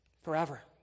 forever